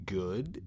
good